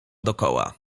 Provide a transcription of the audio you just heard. dokoła